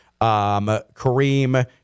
Kareem